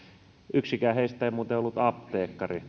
yksikään näistä yrittäjistä ei muuten ollut apteekkari